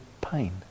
pain